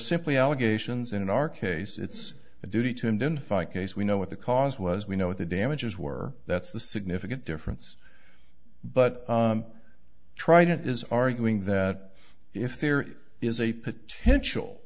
simply allegations in our case it's a duty to indemnify case we know what the cause was we know what the damages were that's the significant difference but trident is arguing that if there is a potential